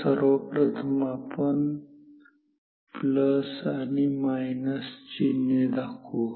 तर सर्वप्रथम आपण आणि चिन्हे दाखवू